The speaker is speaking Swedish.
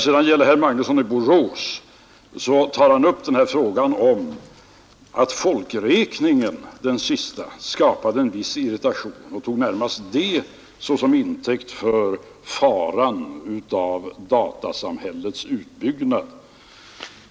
Herr Magnusson i Borås talar om att den senaste folkräkningen skapade en viss irritation och tar det närmast såsom intäkt för faran av datasamhällets utbyggnad.